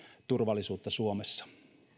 turvallisuutta suomessa